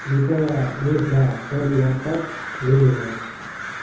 कृपया मुद्रा परिवर्तक दिनुहोस्